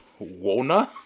Wona